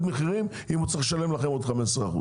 מחירים אם הוא צריך לשלם לכם עוד 15%?